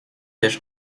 wiesz